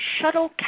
shuttle